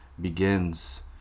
begins